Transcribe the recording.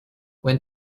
when